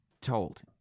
told